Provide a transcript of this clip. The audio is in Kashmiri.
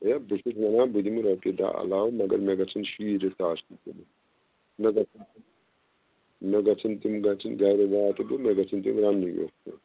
ہے بہٕ چھُس وَنان بہٕ دِم رۄپیہِ دَہ علاوٕ مگر مےٚ گژھیٚن شیٖرتھ آسنہِ تِم مےٚ گژھیٚن مےٚ گژھیٚن تِم گژھیٚن گَھرِ واتہٕ بہٕ مےٚ گژھیٚن تِم رَننی یوت پیٛنۍ